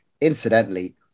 incidentally